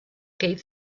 gave